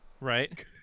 Right